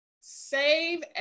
save